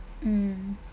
mm